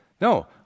No